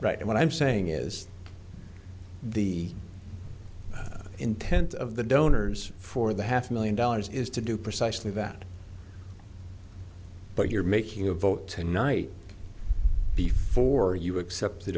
right and what i'm saying is the intent of the donors for the half million dollars is to do precisely that but you're making a vote tonight before you accept the